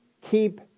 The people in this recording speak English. keep